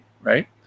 right